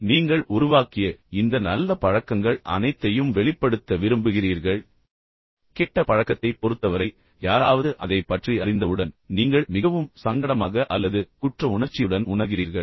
இப்போது நீங்கள் உருவாக்கிய இந்த நல்ல பழக்கங்கள் அனைத்தையும் நீங்கள் வெளிப்படுத்த விரும்புகிறீர்கள் ஆனால் கெட்ட பழக்கத்தைப் பொறுத்தவரை யாராவது அதைப் பற்றி அறிந்தவுடன் நீங்கள் மிகவும் சங்கடமாக அல்லது குற்ற உணர்ச்சியுடன் உணர்கிறீர்கள்